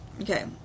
Okay